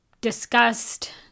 discussed